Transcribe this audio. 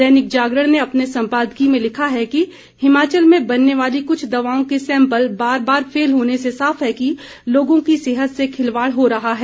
दैनिक जागरण ने अपने सम्पादकीय में लिखा है कि हिमाचल में बनने वाली कुछ दवाओं के सैंपल बार बार फेल होने से साफ है कि लोगों की सेहत से खिलवाड़ हो रहा है